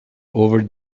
over